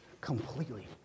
completely